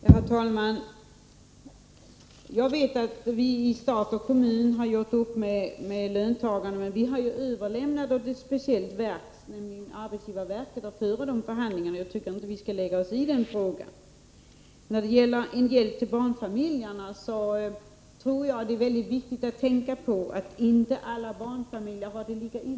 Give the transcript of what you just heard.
Herr talman! Jag vet att man i stat och kommun har gjort upp med löntagarna. Men vi har ju överlämnat åt ett speciellt verk, nämligen arbetsgivarverket, att föra förhandlingarna, och jag tycker inte att vi skall lägga oss i frågan. När det gäller hjälp till barnfamiljerna tror jag att det är väldigt viktigt att tänka på att inte alla barnfamiljer har det lika illa.